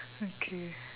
okay